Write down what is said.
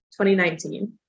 2019